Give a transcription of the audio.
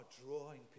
drawing